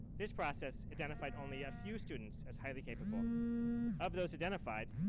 this process identified only a few students as highly capable of those identified.